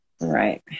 right